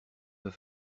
vas